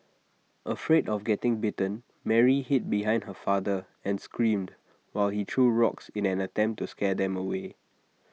afraid of getting bitten Mary hid behind her father and screamed while he threw rocks in an attempt to scare them away